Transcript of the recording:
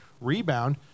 rebound